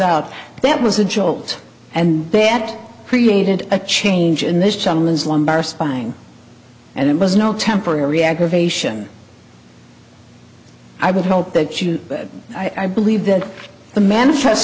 out that was a jolt and they had created a change in this gentleman's lumbar spine and it was no temporary aggravation i would hope that you but i believe that the manifest